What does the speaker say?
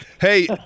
Hey